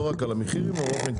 לא רק על המחירים, אלא באופן כללי.